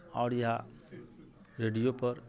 आओर या रेडियोपर